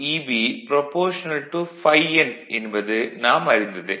Eb α ∅n என்பது நாம் அறிந்ததே